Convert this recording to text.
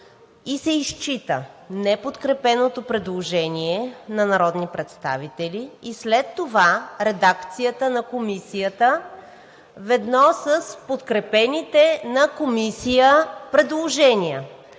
и се изчита неподкрепеното предложение на народни представители и след това редакцията на Комисията, ведно с подкрепените на Комисията предложения.